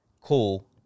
call